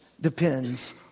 depends